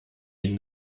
ihn